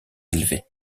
élevées